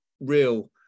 real